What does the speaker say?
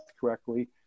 correctly